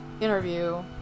interview